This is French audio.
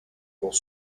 pour